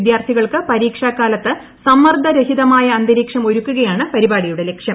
വിദ്യാർത്ഥികൾക്ക് പരീക്ഷാക്കാലത്ത് സമ്മർദ്ദരഹിതമായ അന്തരീക്ഷം ഒരുക്കുകയാണ് പരിപാടിയുടെ ലക്ഷ്യം